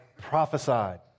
prophesied